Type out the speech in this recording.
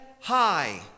high